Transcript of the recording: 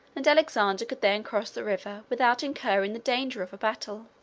and alexander could then cross the river without incurring the danger of a battle.